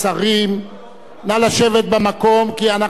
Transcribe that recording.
נא לשבת במקום, כי אנחנו עומדים להצביע,